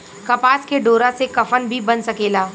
कपास के डोरा से कफन भी बन सकेला